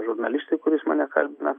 žurnalistui kuris mane kalbina